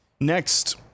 Next